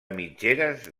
mitgeres